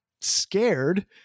scared